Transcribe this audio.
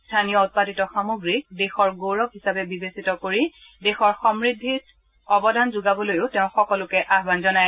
স্থানীয় উৎপাদিত সামগ্ৰীক দেশৰ গৌৰৱ হিচাপে বিবেচিত কৰি দেশৰ সমূদ্ধিত অৱদান যোগাবলৈও তেওঁ সকলোকে আহান জনায়